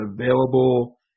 available